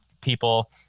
people